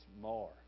more